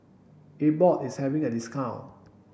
abbott is having a discount